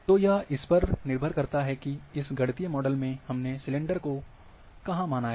तो यह इसपर निर्भर करता है की इस गणितीय मॉडल में हमने सिलेंडर को कहाँ माना है